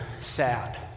sad